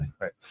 Right